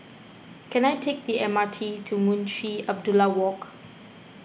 can I take the M R T to Munshi Abdullah Walk